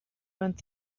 learned